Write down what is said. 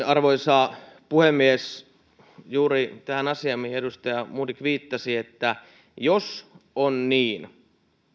arvoisa puhemies juuri tähän asiaan mihin edustaja modig viittasi jos on niin